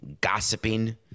gossiping